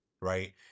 right